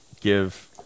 give